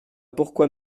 pourquoi